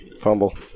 fumble